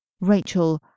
Rachel